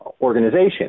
organization